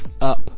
up